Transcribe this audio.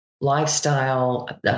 lifestyle